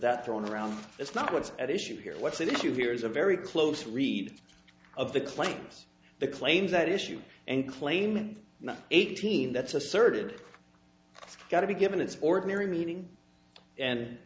that thrown around it's not what's at issue here what's at issue here is a very close reading of the claims the claims that issue and claim and not eighteen that's asserted it's got to be given its ordinary meaning and